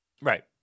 right